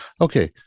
Okay